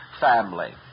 family